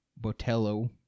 Botello